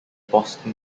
boston